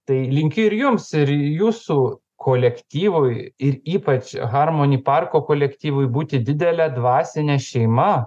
tai linkiu ir jums ir jūsų kolektyvui ir ypač harmoni parko kolektyvui būti didele dvasine šeima